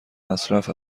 مصرف